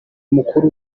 mukuru